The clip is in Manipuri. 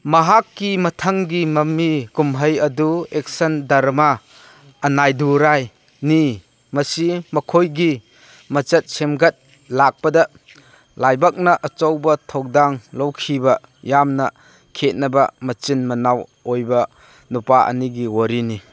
ꯃꯍꯥꯛꯀꯤ ꯃꯊꯪꯒꯤ ꯃꯃꯤ ꯀꯨꯝꯍꯩ ꯑꯗꯨ ꯑꯦꯛꯁꯟ ꯗꯔꯃꯥ ꯑꯅꯥꯗꯨꯔꯥꯏꯅꯤ ꯃꯁꯤ ꯃꯈꯣꯏꯒꯤ ꯃꯆꯠ ꯁꯦꯝꯒꯠ ꯂꯥꯛꯄꯗ ꯂꯥꯏꯕꯛꯅ ꯑꯆꯧꯕ ꯊꯧꯗꯥꯡ ꯂꯧꯈꯤꯕ ꯌꯥꯝꯅ ꯈꯦꯠꯅꯕ ꯃꯆꯤꯟ ꯃꯅꯥꯎ ꯑꯣꯏꯕ ꯅꯨꯄꯥ ꯑꯅꯤꯒꯤ ꯋꯥꯔꯤꯅꯤ